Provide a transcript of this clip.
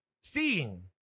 seeing